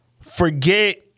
forget